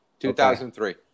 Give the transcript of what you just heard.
2003